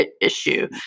issue